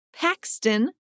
Paxton